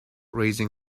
raising